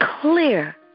clear